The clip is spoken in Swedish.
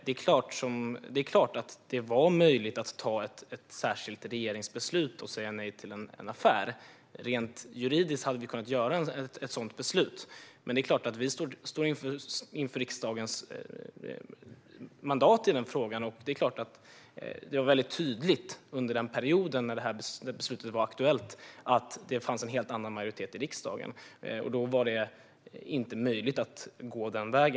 Det är klart att det var möjligt att ta ett särskilt regeringsbeslut och säga nej till en affär. Rent juridiskt hade det varit möjligt att ta ett sådant beslut. Men det handlar om riksdagens mandat i denna fråga, och det var mycket tydligt under den period då detta beslut var aktuellt att det fanns en helt annan majoritet i riksdagen. Då var det helt enkelt inte möjligt att gå denna väg.